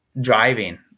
Driving